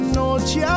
noche